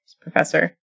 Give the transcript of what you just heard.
professor